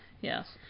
Yes